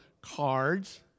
cards